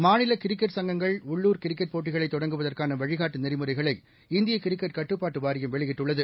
மாநில கிரிக்கெட் எங்னங்கள் உள்ளூர் கிரிக்கெட் போட்டிகளை தொடங்குவதற்னன வழிகாட்டு நெறிமுறைகளை இந்திய கிரிக்கெட் கட்டுப்பாட்டு வாரியம் வெளியிட்டுள்ளது